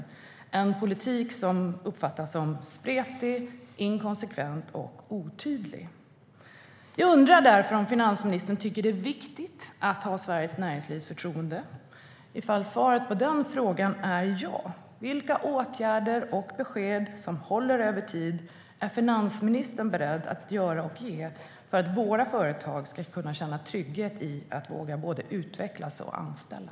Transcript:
Det är en politik som uppfattas som spretig, inkonsekvent och otydlig. Jag undrar därför om finansministern tycker att det är viktigt att ha Sveriges näringslivs förtroende. Om svaret på den frågan är ja undrar jag vilka besked finansministern är beredd att ge i fråga om åtgärder som håller över tid för att våra företag ska känna trygghet i att våga utvecklas och att anställa.